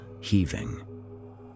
heaving